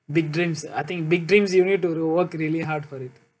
big dreams I think big dreams you need to work really hard for it